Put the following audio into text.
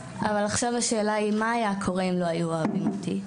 אבל עכשיו השאלה היא מה היה קורה אם לא היו אוהבים אותי?